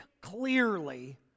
clearly